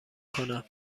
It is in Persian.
کنم